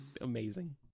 amazing